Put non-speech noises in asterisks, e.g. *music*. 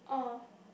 ah *breath*